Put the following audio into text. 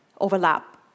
overlap